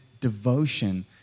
devotion